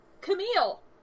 Camille